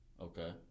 Okay